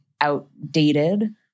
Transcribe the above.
outdated